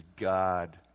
God